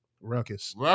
Ruckus